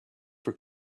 for